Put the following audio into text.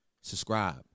Subscribe